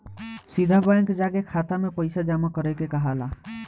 सीधा बैंक जाके खाता में पइसा जामा करे के कहाला